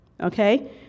Okay